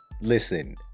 Listen